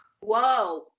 Whoa